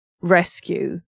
rescue